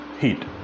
heat